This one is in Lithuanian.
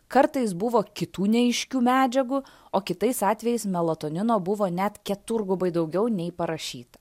kartais buvo kitų neaiškių medžiagų o kitais atvejais melatonino buvo net keturgubai daugiau nei parašyta